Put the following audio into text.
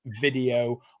video